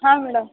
ಹಾಂ ಮೇಡಮ್